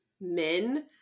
men